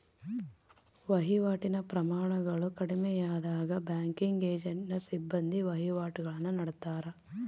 ವಹಿವಾಟಿನ ಪ್ರಮಾಣಗಳು ಕಡಿಮೆಯಾದಾಗ ಬ್ಯಾಂಕಿಂಗ್ ಏಜೆಂಟ್ನ ಸಿಬ್ಬಂದಿ ವಹಿವಾಟುಗುಳ್ನ ನಡತ್ತಾರ